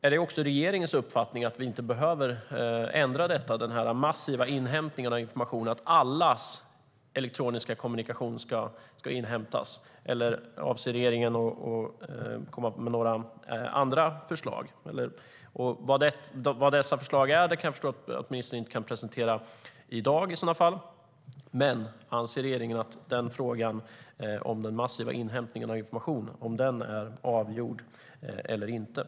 Är det också regeringens uppfattning att vi inte behöver ändra denna massiva inhämtning av information, att allas elektroniska kommunikation ska inhämtas, eller avser regeringen att komma med några andra förslag? Vad dessa förslag i så fall går ut på förstår jag att ministern inte kan presentera i dag. Men anser regeringen att frågan om den massiva inhämtningen av information är avgjord eller inte?